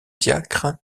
diacre